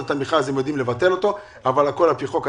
את המכרז וידעו לבטל אותו אבל הכול על פי חוק.